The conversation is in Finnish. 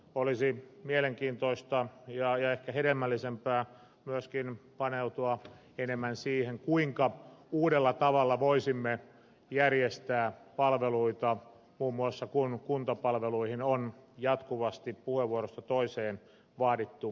olisi mielenkiintoista ja ehkä hedelmällisempää myöskin paneutua enemmän siihen kuinka uudella tavalla voisimme järjestää palveluita muun muassa kun kuntapalveluihin on jatkuvasti puheenvuorosta toiseen vaadittu lisää rahaa